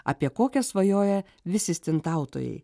apie kokią svajoja visi stintautojai